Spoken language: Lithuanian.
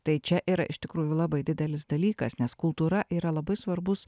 tai čia yra iš tikrųjų labai didelis dalykas nes kultūra yra labai svarbus